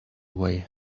way